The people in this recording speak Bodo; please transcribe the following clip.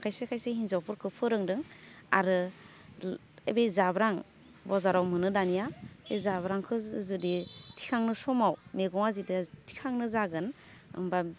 आं खायसे खायसे हिन्जावफोरखौ फोरोंदों आरो बे जाब्रां बजाराव मोनो दानिया बे जाब्रांखौ जुदि थिखांनो समाव मेगङा जुदि थिगांनो जागोन होमबा